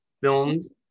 films